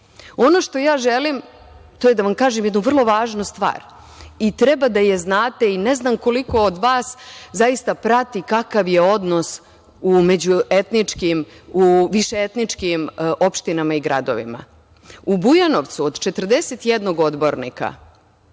Ono što želim to je da vam kažem jednu vrlo važnu stvar i treba da je znate. Ne znam koliko vas zaista prati kakav je odnos u višeetničkim optinama i gradovima. U Bujanovcu od 41 odbornika,